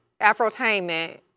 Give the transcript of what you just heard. Afrotainment